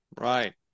Right